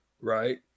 right